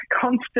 constant